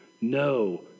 no